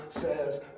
says